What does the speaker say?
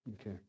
Okay